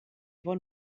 bon